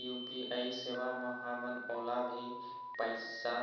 UPI सेवा म हमन ओला भी पैसा